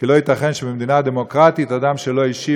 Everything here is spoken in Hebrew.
כי לא ייתכן שבמדינה דמוקרטית אדם שלא השיב